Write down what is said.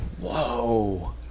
Whoa